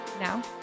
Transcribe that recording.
Now